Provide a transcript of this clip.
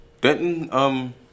Denton –